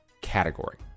category